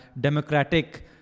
democratic